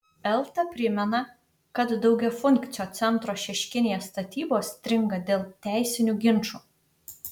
elta primena kad daugiafunkcio centro šeškinėje statybos stringa dėl teisinių ginčų